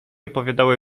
opowiadały